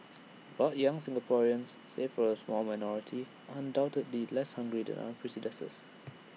but young Singaporeans save for A small minority are undoubtedly less hungry than our predecessors